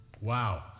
Wow